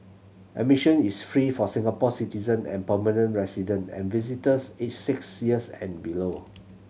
admission is free for Singapore citizen and permanent resident and visitors aged six years and below